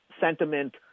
sentiment